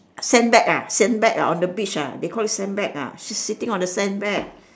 sandbag ah sandbag ah on the beach ah they call it sandbag ah she's sitting on the sandbag